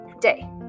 day